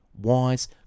wise